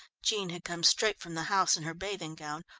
jean had come straight from the house in her bathing-gown,